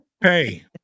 Hey